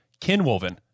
Kinwoven